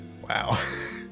Wow